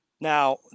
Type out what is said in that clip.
Now